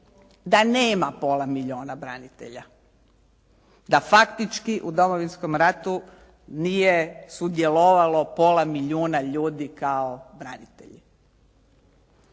da nema pola milijuna branitelja. Da faktički u Domovinskom ratu nije sudjelovalo pola milijuna ljudi kao branitelji.